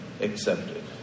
accepted